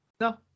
No